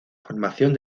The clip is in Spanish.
formación